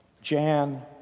Jan